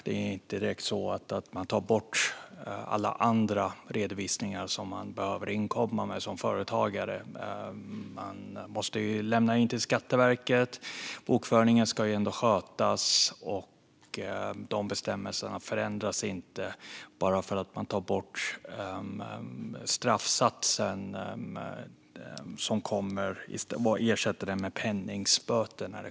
Det är inte direkt så att man tar bort alla andra redovisningar som företagare behöver inkomma med till Skatteverket. Bokföringen ska ju ändå skötas. Dessa bestämmelser förändras inte bara för att man tar bort straffsatsen för årsredovisningen och ersätter den med penningböter.